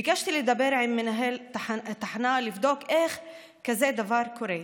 ביקשתי לדבר עם מנהל התחנה לבדוק איך כזה דבר קורה.